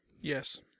Yes